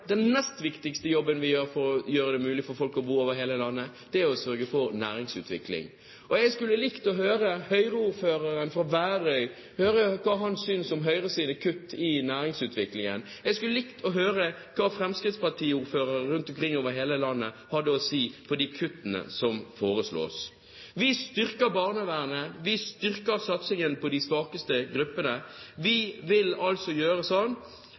mulig for folk å bo over hele landet, er å sørge for næringsutvikling. Jeg skulle likt å høre hva Høyre-ordføreren fra Værøy synes om Høyres kutt i næringsutviklingen. Jeg skulle likt å høre hva fremskrittspartiordførere rundt omkring over hele landet har å si om de kuttene som foreslås. Vi styrker barnevernet, vi styrker satsingen på de svakeste gruppene. Vi vil altså